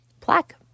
plaque